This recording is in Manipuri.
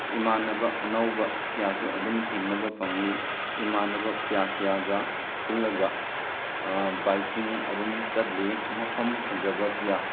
ꯏꯃꯥꯟꯅꯕ ꯑꯅꯧꯕ ꯀꯌꯥꯁꯨ ꯑꯗꯨꯝ ꯊꯦꯡꯅꯕ ꯐꯪꯏ ꯏꯃꯥꯟꯅꯕ ꯀꯌꯥ ꯀꯌꯥꯒ ꯄꯨꯜꯂꯒ ꯕꯥꯏꯛꯀꯤꯡ ꯑꯗꯨꯝ ꯆꯠꯂꯤ ꯃꯐꯝ ꯐꯖꯕ ꯀꯌꯥ